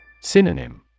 Synonym